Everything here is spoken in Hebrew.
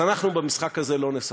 אז אנחנו במשחק הזה לא נשחק.